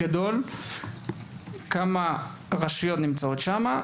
כמה רשויות נמצאות שם,